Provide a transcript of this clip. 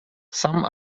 some